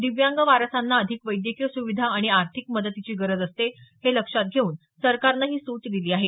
दिव्यांग वारसांना अधिक वैद्यकीय सुविधा आणि आर्थिक मदतीची गरज असते हे लक्षात घेऊन सरकारनं ही सूट दिली आहे